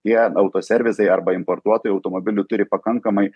tie autoservisai arba importuotojai automobilių turi pakankamai